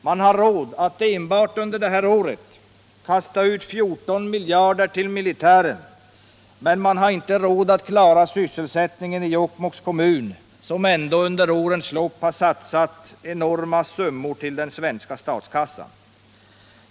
Man har råd att enbart under detta år kasta ut 14 miljarder till militären, men man har inte råd att klara sysselsättningen i Jokkmokks kommun, som ändå under årens lopp har satsat enorma summor till den svenska statskassan.